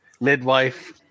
midwife